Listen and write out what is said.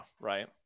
right